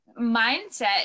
mindset